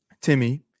Timmy